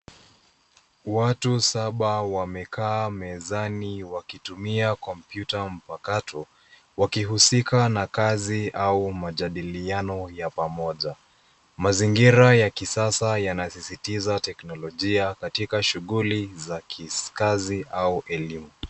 Watu saba wamekaa mezani wakitumia kompyuta mpakato wakihusika na kazi au majadiliano ya pamoja. Mazingira ya kisasa yanasisitiza teknolojia katika shughuli za kikazi au elimu.